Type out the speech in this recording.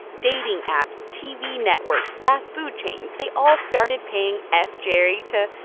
dating apps, tv networks, fast-food chains they all started paying ah fjerry to,